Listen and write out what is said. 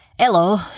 Hello